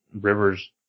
Rivers